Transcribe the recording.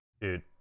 dude